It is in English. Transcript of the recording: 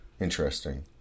Interesting